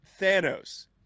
Thanos